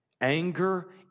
Anger